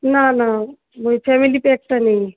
না না ঐ ফ্যামিলি প্যাকটা নেই